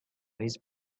his